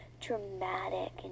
dramatic